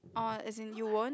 oh as in you won't